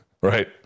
Right